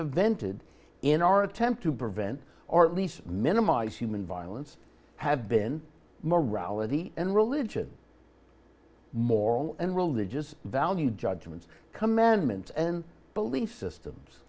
invented in our attempt to prevent or at least minimize human violence have been morality and religion moral and religious value judgments commandments and belief systems